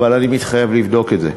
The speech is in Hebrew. אבל אני מתחייב לבדוק את זה,